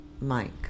mike